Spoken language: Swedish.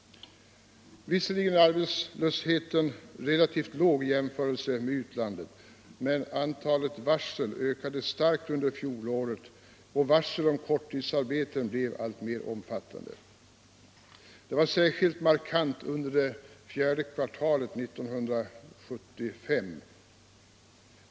Visserligen är arbetslösheten relativt låg i jämförelse med förhållandena politiken politiken i utlandet, men antalet varsel ökade starkt under fjolåret, och varslen om korttidsarbete blev alltmer omfattande. Det var särskilt markant under fjärde kvartalet 1975.